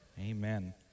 Amen